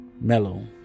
mellow